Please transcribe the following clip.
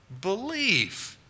Belief